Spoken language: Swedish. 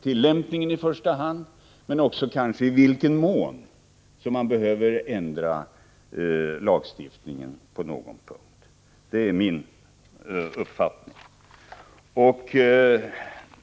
Det gäller i första hand tillämpningen av lagen, men det gäller också i vilken mån lagstiftningen behöver ändras på någon punkt.